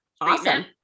Awesome